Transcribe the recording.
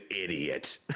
idiot